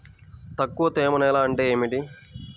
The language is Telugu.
తక్కువ తేమ నేల అంటే ఏమిటి?